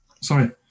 Sorry